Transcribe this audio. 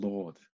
Lord